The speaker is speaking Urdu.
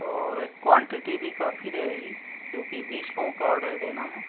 اور کوانٹیٹی بھی کافی رہے گی کیونکہ بیس لوگوں کا آرڈر دینا ہے